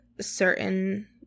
certain